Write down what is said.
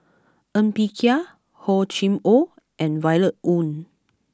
Ng Bee Kia Hor Chim Or and Violet Oon